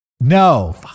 no